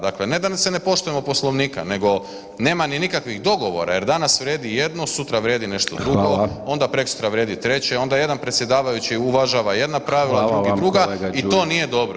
Dakle, ne da se ne poštujemo Poslovnika nego nema ni nikakvih dogovora, jer danas vrijedi jedno, sutra vrijedi nešto drugo onda preksutra vrijedi treće onda jedan predsjedavajući uvažava jedna pravila, drugi druga i to nije dobro.